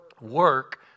work